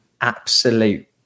absolute